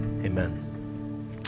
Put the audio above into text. Amen